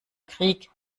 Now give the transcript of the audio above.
krieg